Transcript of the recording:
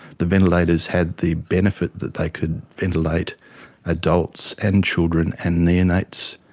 the ventilators had the benefit that they could ventilate adults and children and neonates,